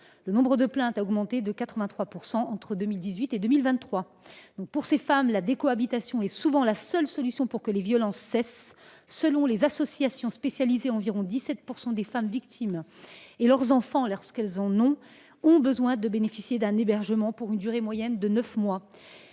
le nombre de plaintes a augmenté de 83 % entre 2018 et 2023. Pour ces femmes, la décohabitation est souvent la seule solution pour que les violences cessent. Selon les associations spécialisées, environ 17 % des femmes victimes et leurs enfants, lorsqu’elles en ont, ont besoin de bénéficier d’un hébergement, pour une durée moyenne de neuf mois.